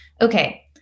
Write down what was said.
Okay